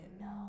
No